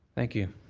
thank you.